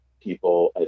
people